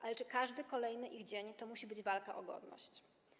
Ale czy każdy kolejny dzień to musi być walka o godność?